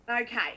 okay